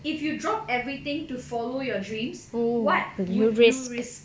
if you drop everything to follow your dreams what would you risk